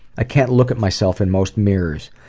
ah can't look at myself in most mirrors.